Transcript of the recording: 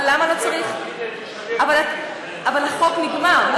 החוק עכשיו נגמר.